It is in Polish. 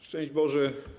Szczęść Boże!